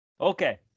Okay